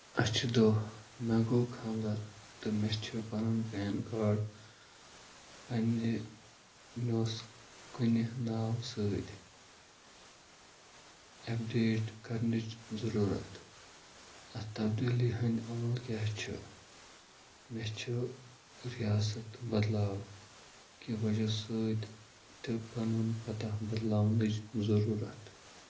اَسہِ چھِ دۄہ مےٚ گوٚو خانٛدَر تہٕ مےٚ چھِ پَنُن پین کارڈ پَنٛنہِ نہٕ اوس کُنہِ ناوٕ سۭتۍ اَپڈیٹ کَرنٕچ ضٔروٗرَتھ اَتھ تبدیٖلی ہٕنٛدۍ عمل کیٛاہ چھِ مےٚ چھِ رِیاسَت بدلاو کہِ وجہ سۭتۍ تہِ پَنُن پَتَہ بدلاونٕچ ضٔروٗرَتھ